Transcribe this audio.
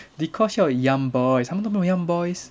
dee kosh 要 young boys 他们都没有 young boys